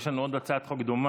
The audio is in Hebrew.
יש לנו עוד הצעת חוק דומה.